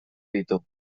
ditu